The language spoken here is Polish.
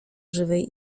żywej